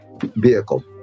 vehicle